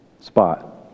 spot